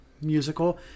musical